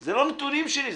זה לא נתונים שלי,